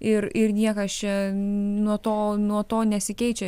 ir ir niekas čia nuo to nuo to nesikeičia